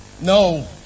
No